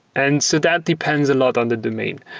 and so that depends a lot on the domain.